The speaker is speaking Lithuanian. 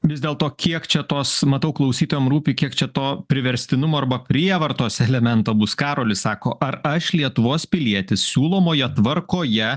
vis dėlto kiek čia tos matau klausytojam rūpi kiek čia to priverstinumo arba prievartos elemento bus karolis sako ar aš lietuvos pilietis siūlomoje tvarkoje